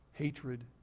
hatred